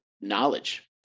knowledge